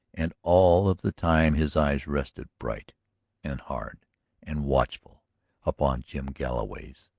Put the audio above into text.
and all of the time his eyes rested bright and hard and watchful upon jim galloway's,